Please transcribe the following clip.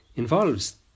Involves